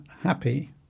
happy